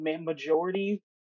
majority